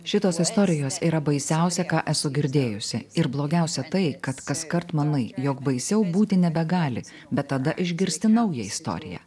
šitos istorijos yra baisiausia ką esu girdėjusi ir blogiausia tai kad kaskart manai jog baisiau būti nebegali bet tada išgirsti naują istoriją